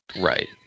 Right